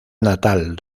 natal